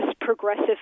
progressive